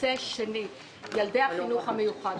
הנושא השני הוא ילדי החינוך המיוחד,